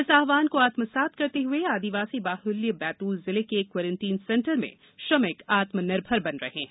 इस आव्हान को आत्मसात करते हए आदिवासी बाहल्य बैत्ल जिले के क्वारेटाइन सेंटर में श्रमिक आत्मनिर्भर बन रहे हैं